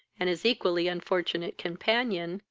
and his equally unfortunate companion,